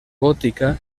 gòtica